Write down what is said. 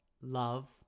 love